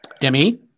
demi